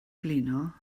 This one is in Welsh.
blino